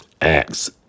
Acts